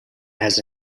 has